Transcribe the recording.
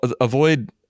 avoid